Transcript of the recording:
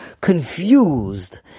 confused